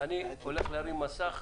אני הולך להרים מסך,